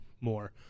more